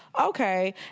okay